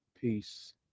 Peace